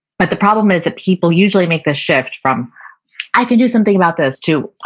but the problem is that people usually make the shift from i can do something about this to oh,